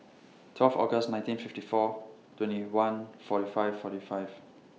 twelve August nineteen fifty four twenty one forty five forty five